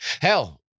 Hell